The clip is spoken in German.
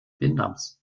vietnams